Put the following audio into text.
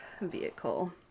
vehicle